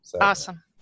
awesome